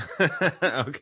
okay